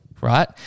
right